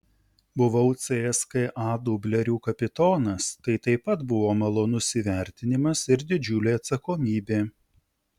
buvau cska dublerių kapitonas tai taip pat buvo malonus įvertinimas ir didžiulė atsakomybė